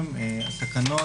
(תיקון),